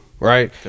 Right